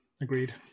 agreed